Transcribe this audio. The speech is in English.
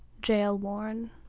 jail-worn